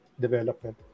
development